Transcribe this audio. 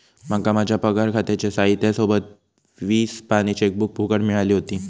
माका माझ्या पगार खात्याच्या साहित्या सोबत वीस पानी चेकबुक फुकट मिळाली व्हती